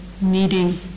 needing